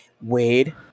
Wade